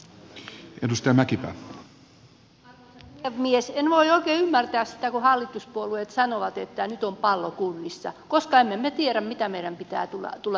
en voi oikein ymmärtää sitä kun hallituspuolueet sanovat että nyt on pallo kunnissa koska emme me tiedä mitä meidän pitää tulla tekemään